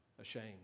ashamed